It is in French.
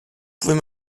pouvez